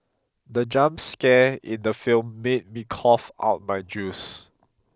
the jump scare in the film made me cough out my juice